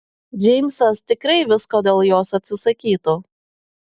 džeimsas tikrai visko dėl jos atsisakytų